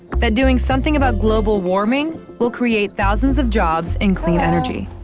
that doing something about global warming will create thousands of jobs and clean energy.